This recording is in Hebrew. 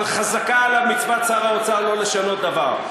אבל חזקה עליו מצוות שר האוצר שלא לשנות דבר.